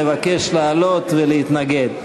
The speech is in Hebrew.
נבקש לעלות ולהתנגד.